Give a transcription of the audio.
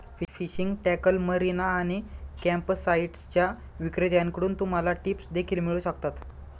fishing tackle, marina आणि कॅम्पसाइट्सच्या विक्रेत्यांकडून तुम्हाला टिप्स देखील मिळू शकतात